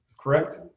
correct